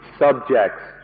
subjects